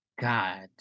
God